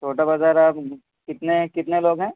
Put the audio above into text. چھوٹا بازار آپ کتنے کتنے لوگ ہیں